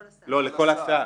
לא, לכל הסעה.